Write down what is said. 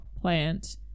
plant